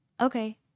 okay